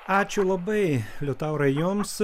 ačiū labai liutaurai jums